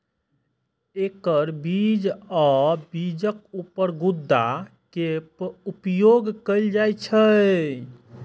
एकर बीज आ बीजक ऊपर के गुद्दा के उपयोग कैल जाइ छै